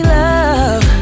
love